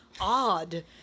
odd